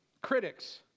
critics